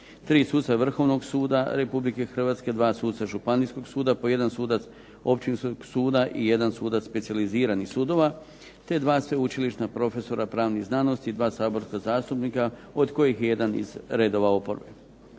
3 suca Vrhovnog suda Republike Hrvatske, 2 suca županijskog suda, po jedan sudac općinskog suda, i jedan sudac specijaliziranih sudova, te dva sveučilišna profesora pravnih znanosti, dva saborska zastupnika, od kojih je jedan iz redova oporbe.